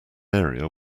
area